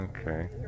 Okay